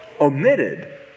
omitted